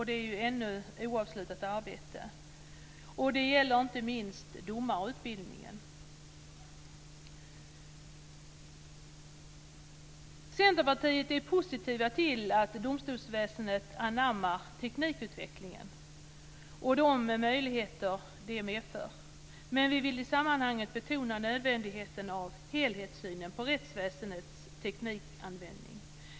Det är ett ännu oavslutat arbete. Detta gäller inte minst domarutbildningen. Centerpartiet är positivt till att domstolsväsendet anammar teknikutvecklingen och de möjligheter denna medför, men vill i sammanhanget betona nödvändigheten av en helhetssyn på rättsväsendets teknikanvändning.